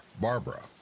Barbara